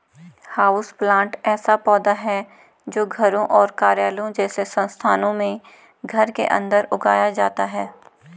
houseplant ऐसा पौधा है जो घरों और कार्यालयों जैसे स्थानों में घर के अंदर उगाया जाता है